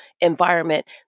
environment